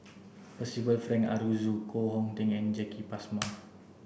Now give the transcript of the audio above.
Percival Frank Aroozoo Koh Hong Teng and Jacki Passmore